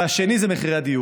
והשני זה מחירי הדיור.